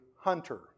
hunter